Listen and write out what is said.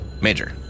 Major